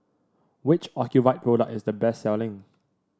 which Ocuvite product is the best selling